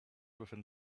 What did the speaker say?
within